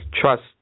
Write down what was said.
trust